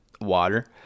water